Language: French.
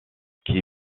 qui